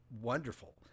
wonderful